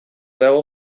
dago